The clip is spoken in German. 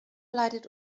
leidet